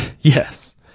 Yes